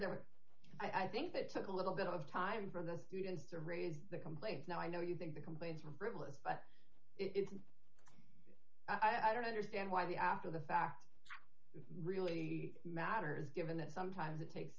there i think that took a little bit of time for the students to raise their complaints now i know you think the complaints from frivolous but it's i don't understand why the after the fact really matters given that sometimes it takes